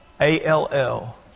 A-L-L